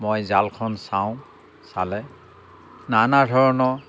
মই জালখন চাওঁ চালে নানা ধৰণৰ